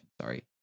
sorry